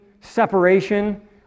separation